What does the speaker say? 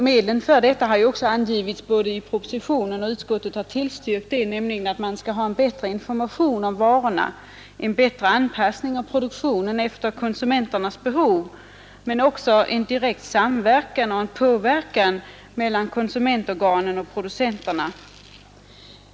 Medlen för detta har angivits i propositionen, och utskottet har tillstyrkt propositionens förslag, nämligen att man skall ha en bättre information om varorna och en riktigare anpassning av produktionen efter konsumenternas behov men också en direkt samverkan och påverkan mellan konsumentorganen och producenterna.